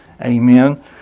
amen